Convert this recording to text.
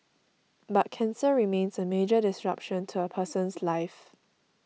but cancer remains a major disruption to a person's life